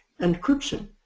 encryption